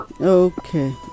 Okay